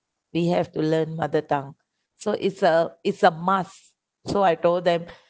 we have to learn mother tongue so it's a it's a must so I told them